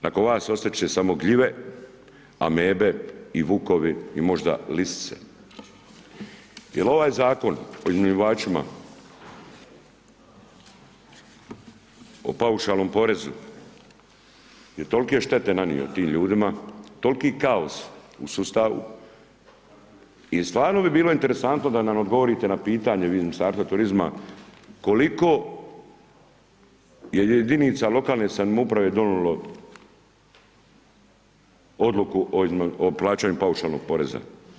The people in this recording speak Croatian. Nakon vas ostat će samo gljive, amebe i vukovi i možda lisice jer ovaj Zakon o iznajmljivačima, o paušalnom porezu je tolike štete nanio tim ljudima, toliki kaos u sustavu i stvarno bi bilo interesantno da nam odgovorite na pitanje, vi iz Ministarstvo turizma koliko jedinica lokalne samouprave je donijelo odluku o plaćanju paušalnog poreza?